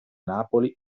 napoli